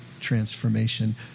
transformation